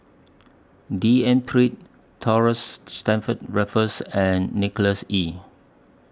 D N Pritt Thomas Stamford Raffles and Nicholas Ee